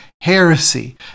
heresy